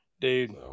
Dude